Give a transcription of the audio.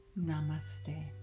Namaste